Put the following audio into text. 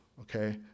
Okay